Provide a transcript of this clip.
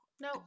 No